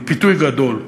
הפיתוי גדול.